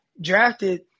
drafted